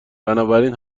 بنابراین